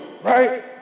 Right